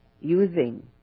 using